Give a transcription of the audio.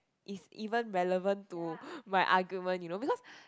is even relevant to my argument you know because